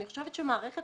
אני חושבת שמערכת